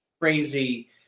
crazy –